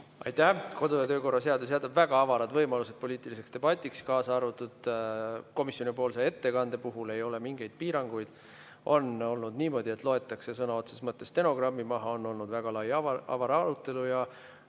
Aitäh! Kodu- ja töökorra seadus jätab väga avarad võimalused poliitiliseks debatiks. Ka komisjonipoolse ettekande puhul ei ole mingeid piiranguid. On olnud niimoodi, et loetakse sõna otseses mõttes stenogrammi maha, ja on olnud väga lai ja avar arutelu.